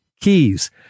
keys